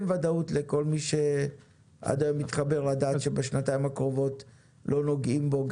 וודאות לכל מי שעד היום התחבר לדעת שבשנתיים הקרובות לא נוגעים בו,